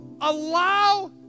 allow